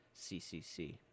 CCC